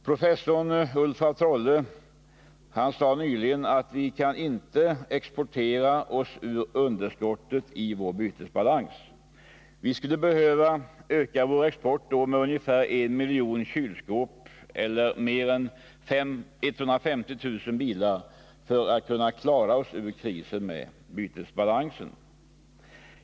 Professor Ulf af Trolle har nyligen sagt att vi inte kan exportera oss ur underskottet i vår bytesbalans. Vi skulle behöva öka vår export med 1 miljon kylskåp eller mer än 150000 bilar för att klara oss ur krisen med bytesbalansen.